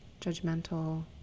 judgmental